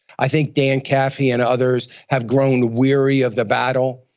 i think dan caffee and others have grown weary of the battle,